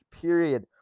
period